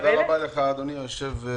תודה רבה לך, אדוני היושב-ראש.